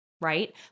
right